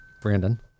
Brandon